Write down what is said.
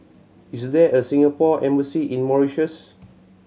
is there a Singapore Embassy in Mauritius